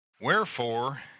wherefore